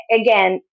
again